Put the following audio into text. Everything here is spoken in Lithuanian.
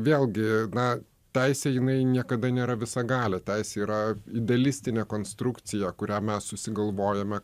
vėlgi na teisė jinai niekada nėra visagalė teisė yra idealistinė konstrukcija kurią mes susigalvojome